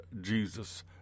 Jesus